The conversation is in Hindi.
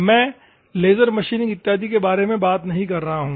मैं लेजर मशीनिंग इत्यादि के बारे में बात नहीं कर रहा हूँ